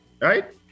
Right